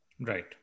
Right